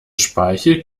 speichel